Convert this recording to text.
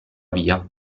via